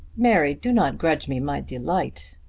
mary, do not grudge me my delight.